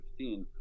2015